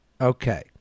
Okay